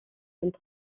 sind